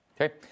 Okay